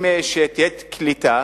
שתהיה קליטה,